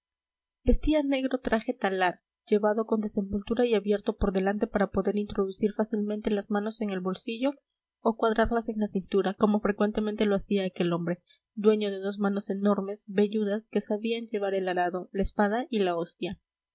vestía negro traje talar llevado con desenvoltura y abierto por delante para poder introducir fácilmente las manos en el bolsillo o cuadrarlas en la cintura como frecuentemente lo hacía aquel hombre dueño de dos manos enormes velludas que sabían llevar el arado la espada y la hostia